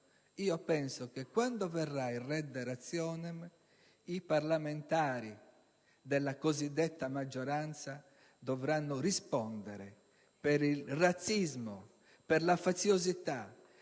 credo che quando verrà il *redde rationem* i parlamentari della cosiddetta maggioranza dovranno rispondere per il razzismo, per la faziosità,